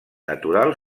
natural